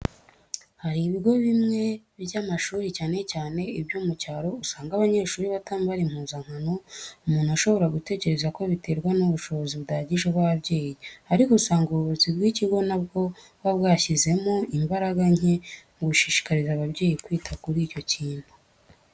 Hari ibigo bimwe by'amashuri cyane cyane ibyo mu cyaro usanga abanyeshuri batambara impuzankano, umuntu ashobora gutekereza ko biterwa n'ubushobozi budahagije bw'ababyeyi ariko usanga ubuyobozi bw'ibigo na bwo buba bwashyizemo imbaraga nke mu gushishikariza ababyeyi kwita kuri icyo kintu.